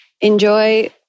enjoy